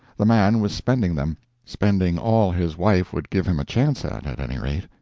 the man was spending them spending all his wife would give him a chance at, at any rate.